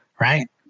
right